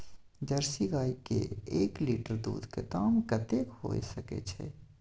Jersey गाय के एक लीटर दूध के दाम कतेक होय सके छै?